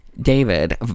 David